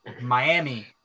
Miami